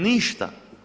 Ništa.